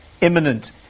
imminent